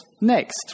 next